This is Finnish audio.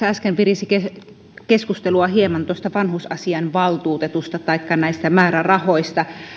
äsken virisi hieman keskustelua tuosta vanhusasiainvaltuutetusta taikka määrärahoista